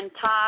top